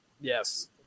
Yes